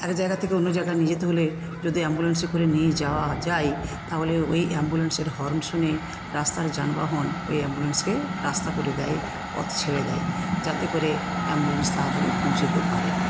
এক জায়গা থেকে অন্য জায়গায় নিয়ে যেতে হলে যদি অ্যাম্বুলেন্সে করে নিয়ে যাওয়া যায় তাহলে ওই অ্যাম্বুলেন্সের হর্ন শুনে রাস্তার যানবাহন ওই অ্যাম্বুলেন্সকে রাস্তা করে দেয় পথ ছেড়ে দেয় যাতে করে অ্যাম্বুলেন্স তাড়াতাড়ি পৌঁছোতে পারে